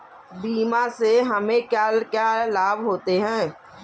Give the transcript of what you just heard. बीमा से हमे क्या क्या लाभ होते हैं?